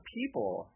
People